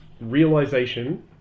realization